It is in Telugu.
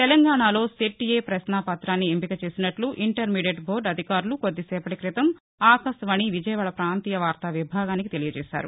తెలంగాణలో సెట్ ఎ ప్రశ్నా పత్రాన్ని ఎంపిక చేసినట్లు ఇంటర్మీదియట్ బోర్డు అధికారులు కొద్ది సేపటి క్రితం ఆకాశవాణి విజయవాడ ప్రాంతీయ వార్తా విభాగానికి తెలిపారు